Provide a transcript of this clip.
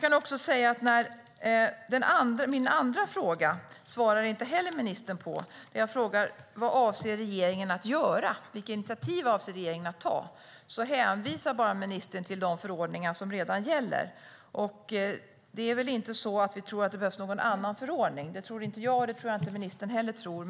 Min andra fråga svarar ministern inte heller på. Jag frågade: Vilka åtgärder avser regeringen att vidta för att Arbetsförmedlingens statistik ska vara tillförlitlig? Ministern hänvisar bara till de förordningar som redan gäller. Det är väl inte så att vi tror att det behövs en annan förordning. Det tror inte jag, och det tror jag inte ministern heller tror.